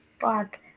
fuck